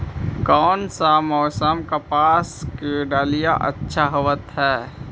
कोन सा मोसम कपास के डालीय अच्छा होबहय?